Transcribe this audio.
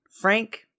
Frank